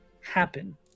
happen